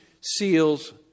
seals